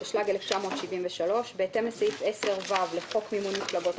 התשל"ג 1973 בהתאם לסעיף 10(ו) לחוק מימון מפלגות,